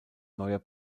neuer